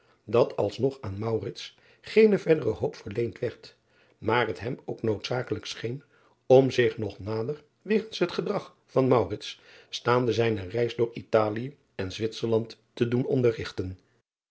dat alsnog aan geene verdere hoop verleend werd maar het hem ook noodzakelijk scheen om zich nog nader wegens het gedrag van staande zijne reis door talië en witserland te doen